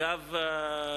דרך אגב,